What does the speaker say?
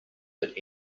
that